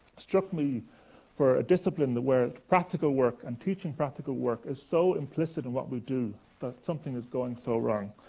struck me for a discipline where where practical work and teaching practical work is so implicit in what we do, that something is going so wrong.